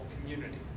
community